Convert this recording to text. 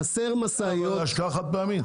חסרות משאיות -- השקעה חד-פעמית.